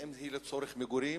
האם היא לצורך מגורים,